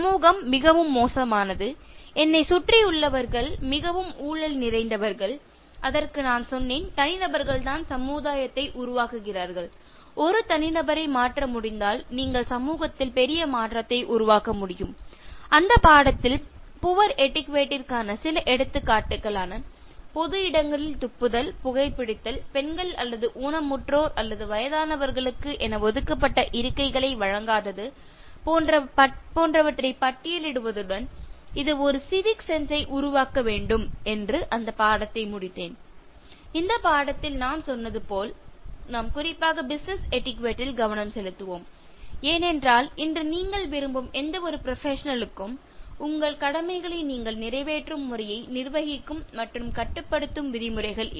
சமூகம் மிகவும் மோசமானது என்னைச் சுற்றியுள்ளவர்கள் மிகவும் ஊழல் நிறைந்தவர்கள் அதற்கு நான் சொன்னேன் தனிநபர்கள்தான் சமுதாயத்தை உருவாக்குகிறார்கள் ஒரு தனிநபரை மாற்ற முடிந்தால் நீங்கள் சமூகத்தில் பெரிய மாற்றத்தை உருவாக்க முடியும் அந்த பாடத்தில் புவர் எட்டிக்யுட்டே க்கிற்கான சில எடுத்துக்காட்டுகளான பொது இடங்களில் துப்புதல் புகைபிடித்தல் பெண்கள் அல்லது ஊனமுற்றோர் அல்லது வயதானவர்களுக்கு ஒதுக்கப்பட்ட இருக்கைகளை வழங்காதது போன்றவற்றை பட்டியலிடுவதுடன் இது ஒரு சிவிக் சென்ஸ் ஐ உருவாக்க வேண்டும் அந்த பாடத்தை முடித்தேன் இந்த பாடத்தில் நான் சொன்னது போல் நாம் குறிப்பாக பிசினஸ் எட்டிக்யுட்டே ல் கவனம் செலுத்துவோம் ஏனென்றால் இன்று நீங்கள் விரும்பும் எந்தவொரு ப்ரொபஷனல் லும் உங்கள் கடமைகளை நீங்கள் நிறைவேற்றும் முறையை நிர்வகிக்கும் மற்றும் கட்டுப்படுத்தும் விதிமுறைகள் இவை